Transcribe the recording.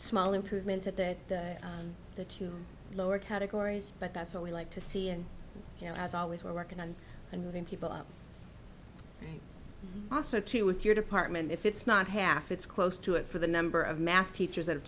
small improvements at that that you lower categories but that's what we like to see and you know as always we're working on and moving people out ah so too with your department if it's not half it's close to it for the number of math teachers that have